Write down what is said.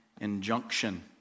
injunction